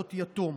"מחלות יתום",